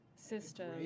system